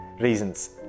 reasons